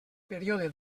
període